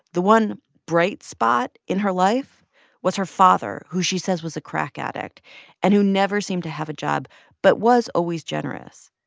the one bright spot in her life was her father, who she says was a crack addict and who never seemed to have a job but was always generous.